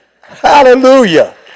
Hallelujah